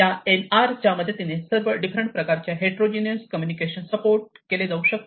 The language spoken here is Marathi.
या एनआरच्या मदतीने या सर्व डिफरंट प्रकारच्या हेट्रोजीनियस कम्युनिकेशन सपोर्ट केले जाऊ शकते